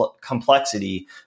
complexity